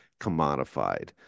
commodified